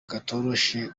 katoroshye